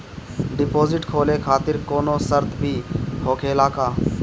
Deposit खोले खातिर कौनो शर्त भी होखेला का?